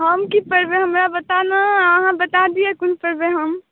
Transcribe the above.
हम की पहिरबै हमरा पता नहि अछि अहाँ बताबियौ की पहिरबै हम